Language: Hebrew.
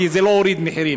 כי זה לא הוריד מחירים.